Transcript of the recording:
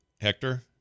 hector